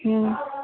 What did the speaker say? ಹ್ಞೂ